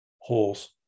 holes